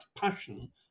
passion